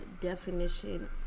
definition